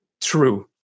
true